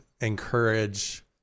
encourage